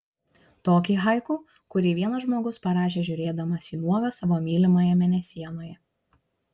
tokį haiku kurį vienas žmogus parašė žiūrėdamas į nuogą savo mylimąją mėnesienoje